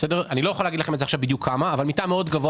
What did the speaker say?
אני לא יכול להגיד לכם עכשיו בדיוק כמה אבל מתאם גבוה